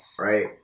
right